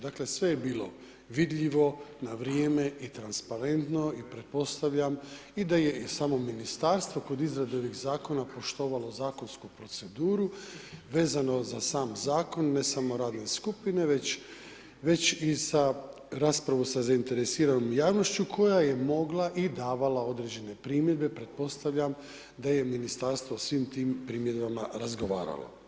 Dakle sve je bilo vidljivo, na vrijeme i transparentno i pretpostavljam i da je i samo ministarstvo kod izrade ovih zakona poštovalo zakonsku proceduru vezano za sam zakon, ne samo radne skupine već i sa, raspravu sa zainteresiranom javnošću koja je mogla i davala određene primjedbe, pretpostavljam da je ministarstvo o svim tim primjedbama razgovaralo.